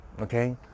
okay